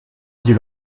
dit